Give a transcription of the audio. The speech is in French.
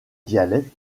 dialectes